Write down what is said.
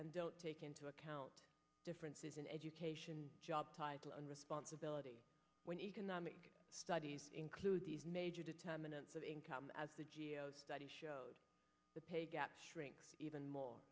and don't take into account differences in education job title and responsibility when economic studies include these major determinants of income as the g a o study shows the pay gap shrinks even more